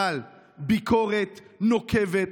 אבל ביקורת נוקבת,